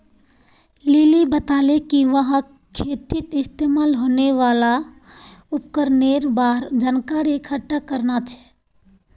lily बताले कि वहाक खेतीत इस्तमाल होने वाल उपकरनेर बार जानकारी इकट्ठा करना छ